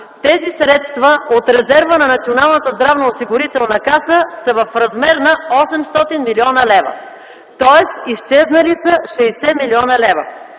тези средства от резерва на Националната здравноосигурителна каса са в размер на 800 млн. лв., тоест изчезнали са 60 млн. лв.